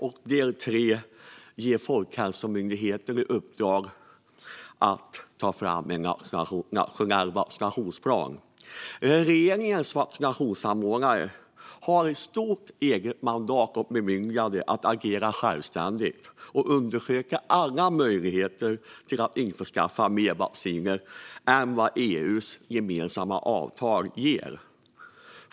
Och del tre handlade om att ge Folkhälsomyndigheten i uppdrag att ta fram en nationell vaccinationsplan. Regeringens vaccinsamordnare har ett stort eget mandat och bemyndigande att agera självständigt och undersöka alla möjligheter att införskaffa mer vacciner än vad EU:s gemensamma avtal ger.